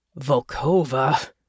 Volkova